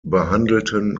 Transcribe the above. behandelten